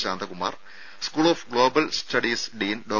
Shantakumar school of global studies dean Dr